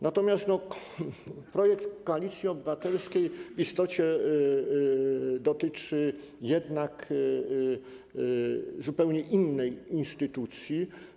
Natomiast projekt Koalicji Obywatelskiej w istocie dotyczy jednak zupełnie innej instytucji.